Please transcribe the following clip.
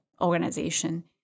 organization